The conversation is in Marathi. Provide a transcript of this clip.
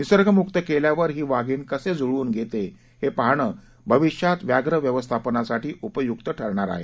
निसर्गमुक्त केल्यावर ही वाघीण कसे जुळवून घेते हे पाहणं भविष्यात व्याघ्र व्यवस्थापनासाठी उपयुक्त ठरणार आहे